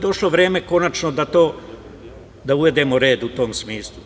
Došlo je vreme da konačno uvedemo red u tom smislu.